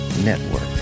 Network